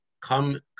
come